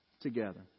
together